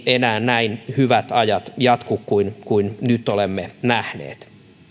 enää näin hyvät ajat jatku kuin kuin nyt olemme nähneet